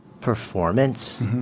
performance